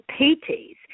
PTs